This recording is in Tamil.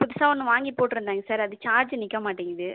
புதுசா ஒன்று வாங்கி போட்டிருந்தேங்க சார் அது சார்ஜு நிற்கமாட்டேங்குது